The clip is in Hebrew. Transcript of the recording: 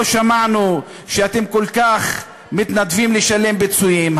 לא שמענו שאתם כל כך מתנדבים לשלם פיצויים.